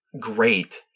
great